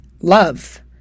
love